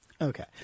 Okay